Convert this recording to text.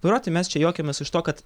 vairuoti mes čia juokiamės iš to kad